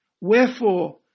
Wherefore